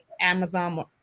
Amazon